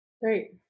Great